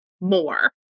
more